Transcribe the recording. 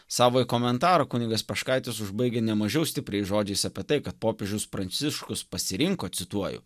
savąjį komentarą kunigas peškaitis užbaigia nemažiau stipriais žodžiais apie tai kad popiežius pranciškus pasirinko cituoju